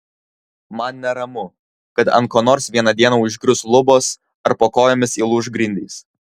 man neramu kad ant ko nors vieną dieną užgrius lubos ar po kojomis įlūš grindys